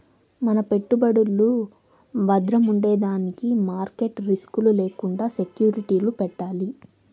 మన పెట్టుబడులు బద్రముండేదానికి మార్కెట్ రిస్క్ లు లేకండా సెక్యూరిటీలు పెట్టాలి